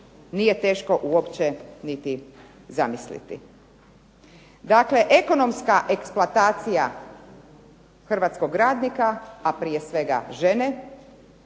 nije teško uopće ni zamisliti. Dakle, ekonomska eksploatacija Hrvatskog radnika a prije svega žene,